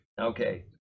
Okay